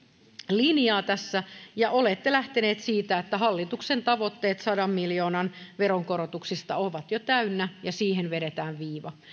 linjaa tässä ja olette lähteneet siitä että hallituksen tavoitteet sadan miljoonan veronkorotuksista ovat jo täynnä ja siihen vedetään viiva